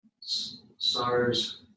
SARS